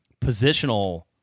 positional